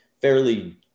fairly